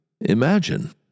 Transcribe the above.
Imagine